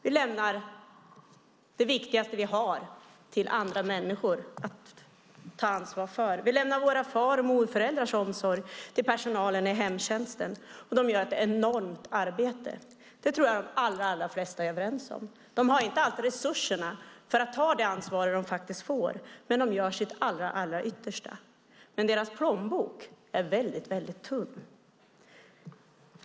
Vi lämnar det viktigaste vi har till andra människor att ta ansvar för. Vi lämnar våra far och morföräldrars omsorg till personalen i hemtjänsten, och de gör ett enormt arbete - det tror jag att de allra flesta är överens om. De har inte alltid resurserna för att ta det ansvar som de faktiskt får. Men de gör sitt allra yttersta. Däremot är deras plånbok tunn.